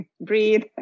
breathe